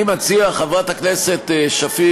אולי תספר לציבור, אני מציע, חברת הכנסת שפיר,